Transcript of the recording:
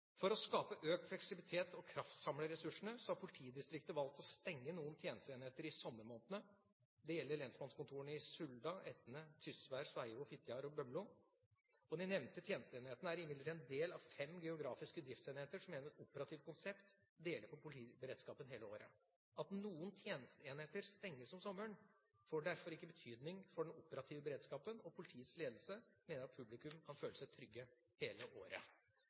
For å skape økt fleksibilitet og kraftsamle ressursene har politidistriktet valgt å stenge noen tjenesteenheter i sommermånedene. Dette gjelder lensmannskontorene i Suldal, Etne, Tysvær, Sveio, Fitjar og Bømlo. De nevnte tjenesteenhetene er imidlertid en del av fem geografiske driftsenheter som gjennom et operativt konsept deler på politiberedskapen hele året. At noen tjenesteenheter stenges om sommeren, får derfor ikke betydning for den operative beredskapen, og politiets ledelse mener at publikum kan føle seg trygge hele året.